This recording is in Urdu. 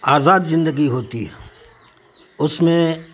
آزاد زندگی ہوتی ہے اس میں